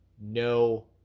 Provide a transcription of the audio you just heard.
no